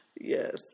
Yes